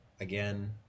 again